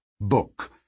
book